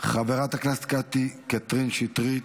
חברת הכנסת קטי קטרין שטרית,